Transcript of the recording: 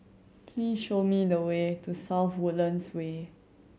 please show me the way to South Woodlands Way